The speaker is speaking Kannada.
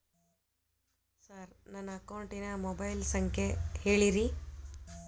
ಸರ್ ನನ್ನ ಅಕೌಂಟಿನ ಮೊಬೈಲ್ ಸಂಖ್ಯೆ ಹೇಳಿರಿ